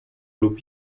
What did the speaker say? lub